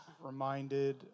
reminded